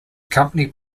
company